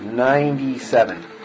Ninety-seven